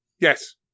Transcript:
Yes